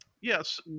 Yes